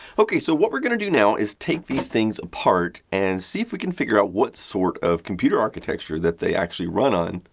ok, so what we're going to do now is take these things apart, and see if we can figure out what sort of computer architecture that they actually run on.